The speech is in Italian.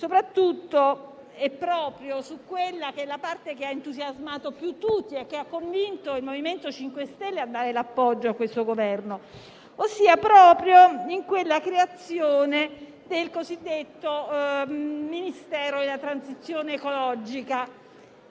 soprattutto su quella che è la parte che ha entusiasmato di più e ha convinto il MoVimento 5 Stelle a dare l'appoggio a questo Governo. Mi riferisco alla creazione del cosiddetto Ministero della transizione ecologica.